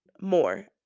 more